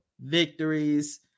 victories